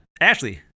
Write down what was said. Ashley